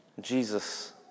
Jesus